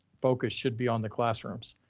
focus should be on the classrooms.